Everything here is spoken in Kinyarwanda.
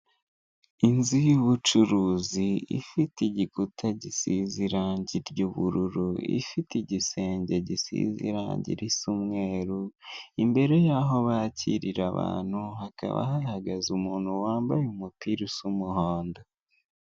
Inzu y'ubucuruzi ifite igikuta gisize irangi ry'ubururu ifite igisenge gisize irangi risa umweru, imbere y'aho bakirira abantu hakaba hahaze umuntu wambaye umupira usa umuhondo.